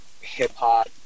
hip-hop